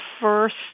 first